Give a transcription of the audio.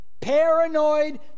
Paranoid